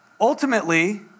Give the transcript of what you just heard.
ultimately